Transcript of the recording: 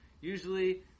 Usually